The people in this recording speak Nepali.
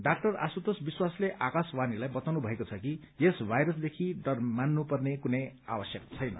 डाक्टर आशुतोष विश्वासले आकाशवाणीलाई बताउनु भएको छ कि यस भाइरसदेखि डर मान्नु पर्ने कुनै आवश्यक छैन